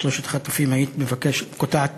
שלושת החטופים היית קוטעת כך את דבריו?